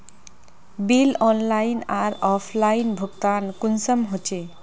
Bill online आर offline भुगतान कुंसम होचे?